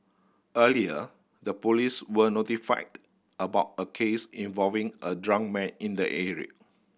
earlier the police were notified about a case involving a drunk man in the area